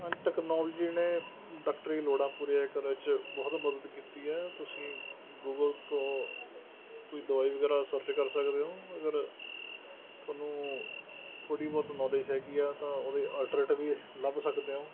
technology ਨੇ ਡਾਕਟਰੀ ਲੋੜਾਂ ਪੂਰੀਆਂ ਕਰਨ 'ਚ ਬਹੁਤ ਮਦਦ ਕੀਤੀ ਹੈ ਤੁਸੀਂ ਗੂਗਲ ਤੋਂ ਕੋਈ ਦਵਾਈ ਵਗੈਰਾ ਸਰਚ ਕਰ ਸਕਦੇ ਓ ਅਗਰ ਤੁਹਾਨੂੰ ਥੋੜੀ ਬਹੁਤ ਨੌਲੇਜ ਹੈਗੀ ਹੈ ਤਾਂ ਉਹਦੇ ਅਲਟਰਟ ਵੀ ਲੱਭ ਸਕਦੇ ਓ